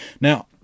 Now